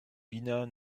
wiener